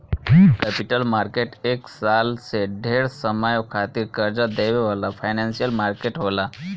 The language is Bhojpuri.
कैपिटल मार्केट एक साल से ढेर समय खातिर कर्जा देवे वाला फाइनेंशियल मार्केट होला